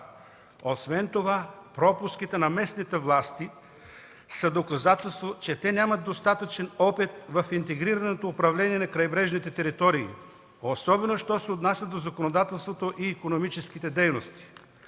Освен това, пропуските на местните власти са доказателство, че те нямат достатъчен опит в интегрираното управление на крайбрежните територии, особено що се отнася до законодателството и икономическите дейности.